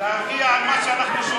להרגיע עם מה שאנחנו שומעים?